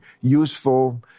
useful